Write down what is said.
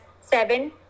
seven